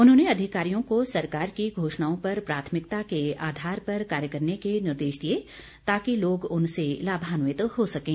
उन्होंने अधिकारियों को सरकार की घोषणाओं पर प्राथमिकता के आधार पर कार्य करने के निर्देश दिए ताकि लोग उनसे लाभान्वित हो सकें